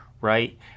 right